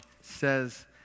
says